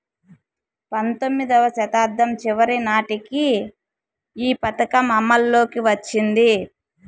పంతొమ్మిదివ శతాబ్దం చివరి నాటికి ఈ పథకం అమల్లోకి వచ్చింది